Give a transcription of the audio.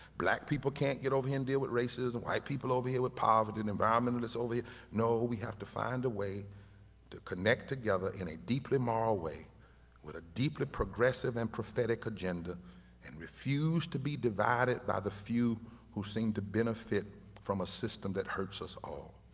black people can't get over here and deal with racism, white people over here with poverty and environmentalist over here. no, we have to find a way to connect together in a deeply moral way with a deeply progressive and prophetic agenda and refuse to be divided by the few who seem to benefit from a system that hurts us all.